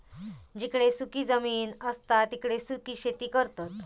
जिकडे सुखी जमीन असता तिकडे सुखी शेती करतत